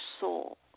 soul